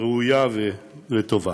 ראויה וטובה.